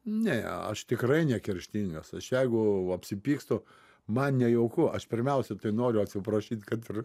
ne aš tikrai nekerštingas aš jeigu apsipykstu man nejauku aš pirmiausia tai noriu atsiprašyt kad ir